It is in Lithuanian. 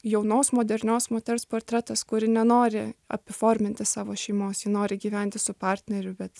jaunos modernios moters portretas kuri nenori apiforminti savo šeimos ji nori gyventi su partneriu bet